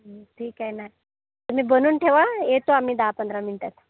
ठिक आहे ना तुम्ही बनून ठेवा येतो आम्ही दहा पंधरा मिंटात